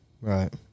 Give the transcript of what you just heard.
Right